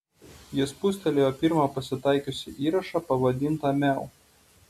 ji spustelėjo pirmą pasitaikiusį įrašą pavadintą miau